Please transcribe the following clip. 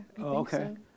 Okay